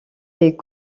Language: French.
est